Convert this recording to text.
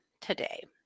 today